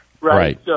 right